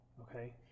Okay